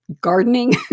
gardening